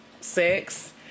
sex